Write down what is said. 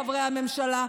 חברי הממשלה,